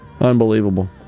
Unbelievable